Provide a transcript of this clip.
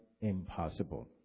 impossible